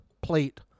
plate